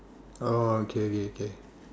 oh okay okay okay